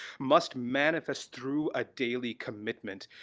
must manifest through a daily commitment,